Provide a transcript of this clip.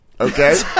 Okay